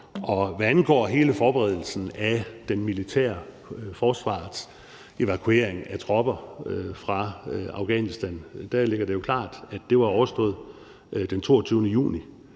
hvad angår hele forberedelsen af den militære, forsvarets, evakuering af tropper fra Afghanistan, ligger det jo klart, at det var overstået den 22. juni.